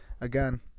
again